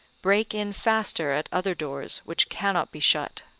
break in faster at other doors which cannot be shut.